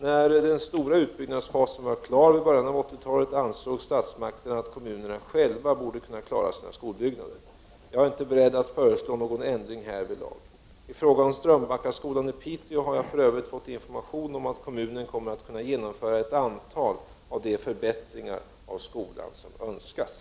När den stora utbyggnadsfasen var klar vid början av 80-talet, ansåg statsmakterna att kommunerna själva borde kunna klara sina skolbyggnader. Jag är inte beredd att föreslå någon ändring härvidlag. I fråga om Strömbackaskolan i Piteå har jag för övrigt fått information om att kommunen kommer att kunna genomföra ett antal av de förbättringar av skolan som önskas.